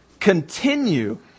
continue